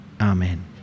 Amen